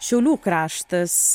šiaulių kraštas